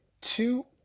two